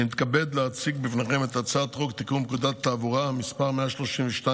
אני מתכבד להציג בפניכם את הצעת חוק לתיקון פקודת התעבורה (מס' 132,